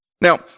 Now